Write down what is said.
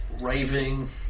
raving